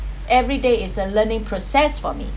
every day is a learning process for me